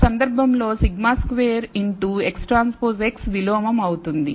ఈ సందర్భంలో σ2 XTX విలోమం అవుతుంది